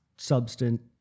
Substance